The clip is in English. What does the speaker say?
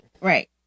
Right